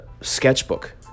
sketchbook